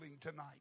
tonight